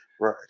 Right